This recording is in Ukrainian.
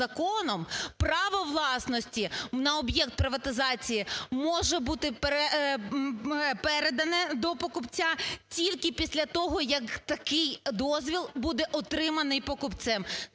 право власності на об'єкт приватизації може бути передано до покупця тільки після того, як такий дозвіл буде отриманий покупцем.